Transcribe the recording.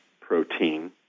protein